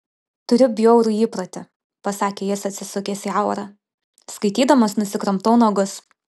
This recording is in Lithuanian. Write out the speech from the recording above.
turiu bjaurų įprotį pasakė jis atsisukęs į aurą skaitydamas nusikramtau nagus